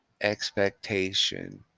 expectation